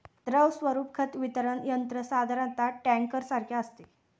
द्रवरूप खत वितरण यंत्र साधारणतः टँकरसारखे असते